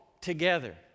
together